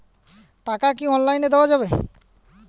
টাকা কি অনলাইনে দেওয়া যাবে?